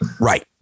Right